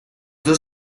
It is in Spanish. dos